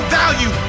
value